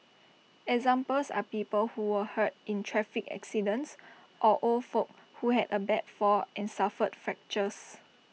examples are people who were hurt in traffic accidents or old folk who had A bad fall and suffered fractures